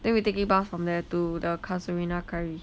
then we taking bus from there to the casuarina curry